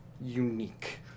unique